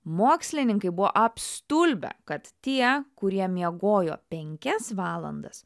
mokslininkai buvo apstulbę kad tie kurie miegojo penkias valandas